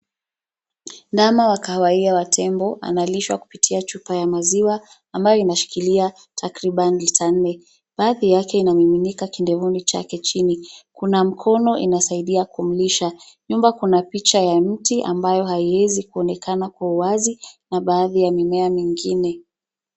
Ndama wa kahawia wa tembo analishwa kupitia chupa ya maziwa ambayo inashikilia takriban lita nne. Baadhi yake inamiminika kindevuni chake chini. Kuna mkono inasaidia kumnywesha. Nyuma kuna picha ya mti ambayo haiwezi kuonekana kwa uwazi na baadhi ya mimea mingine.